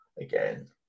again